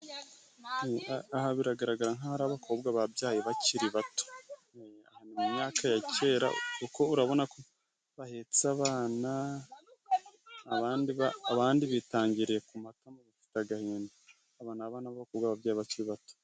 Aha biragaragara nk'aho ari abakobwa babyaye bakiri bato mu myaka ya kera, kuko urabona ko bahetse abana, abandi bitangiriye ku matama, bafite agahinda . Ni abana b'abakobwa babyaye bakiri bato.